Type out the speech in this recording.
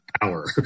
power